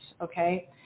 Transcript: Okay